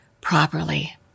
properly